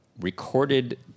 recorded